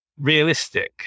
realistic